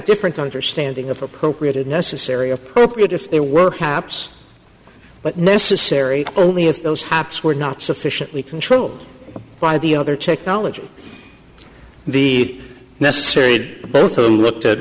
different understanding of appropriate and necessary appropriate if there were haps but necessary only if those taps were not sufficiently controlled by the other technology the necessary both of them looked at